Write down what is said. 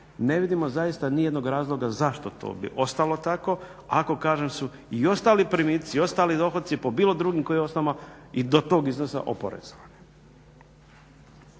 Ne vidimo zaista ni jednog razloga zašto to bi ostalo tako ako kažem su i ostali primici i ostali dohoci po bilo drugim kojim osnovama i do tog iznosa oporezovani.